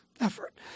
effort